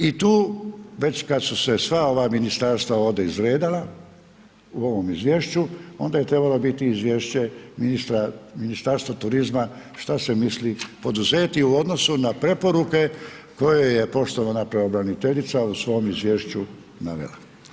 I tu već kad su se sva ova ministarstva ovdje izredala, u ovom izvješću, onda je trebalo biti i izvješće Ministarstva turizma šta se misli poduzeti u odnosu na preporuke koje je poštovana pravobraniteljica u svom izvješću navela.